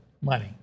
money